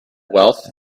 wealth